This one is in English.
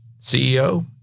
CEO